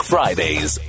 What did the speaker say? Fridays